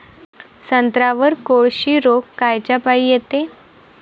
संत्र्यावर कोळशी रोग कायच्यापाई येते?